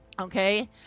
Okay